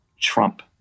Trump